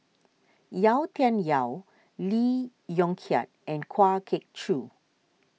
Yau Tian Yau Lee Yong Kiat and Kwa Geok Choo